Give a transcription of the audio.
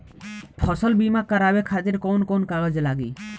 फसल बीमा करावे खातिर कवन कवन कागज लगी?